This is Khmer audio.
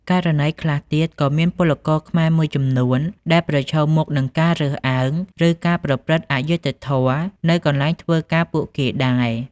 ករណីខ្លះទៀត ក៏មានពលករខ្មែរមួយចំនួនដែលប្រឈមមុខនឹងការរើសអើង ឬការប្រព្រឹត្តអយុត្តិធម៌នៅកន្លែងធ្វើការពួកគេដែរ។